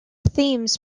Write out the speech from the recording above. themes